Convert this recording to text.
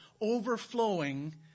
overflowing